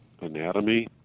anatomy